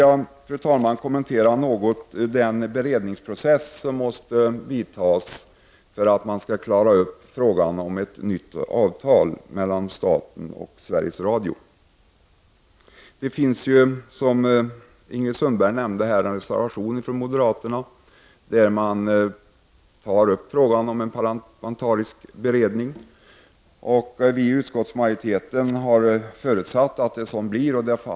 Jag vill något kommentera den beredningsprocess som måste sättas i gång för att man skall kunna klara upp frågan om ett nytt avtal mellan staten och Sveriges Radio. Som Ingrid Sundberg nämnde finns det en reservation från moderaterna där frågan om en parlamentarisk beredning tas upp. Vi i utskottsmajoriteten har förutsatt att en sådan beredning skall tillsättas.